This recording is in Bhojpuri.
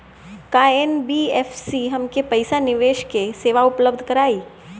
का एन.बी.एफ.सी हमके पईसा निवेश के सेवा उपलब्ध कराई?